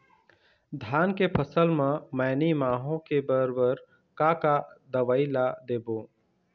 धान के फसल म मैनी माहो के बर बर का का दवई ला देबो?